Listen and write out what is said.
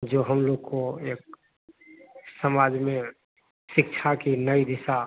जो हम लोग को एक समाज में शिक्षा की नई दिशा